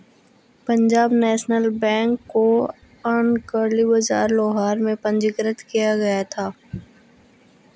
Punjab national bank को अनारकली बाजार लाहौर में पंजीकृत किया गया था